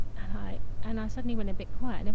and i and i suddenly went a bit quiet. and